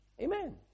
Amen